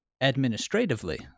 administratively